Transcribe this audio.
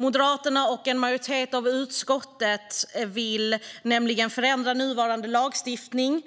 Moderaterna och en majoritet av utskottet vill nämligen förändra nuvarande lagstiftning